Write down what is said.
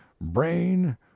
brain